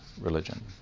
religion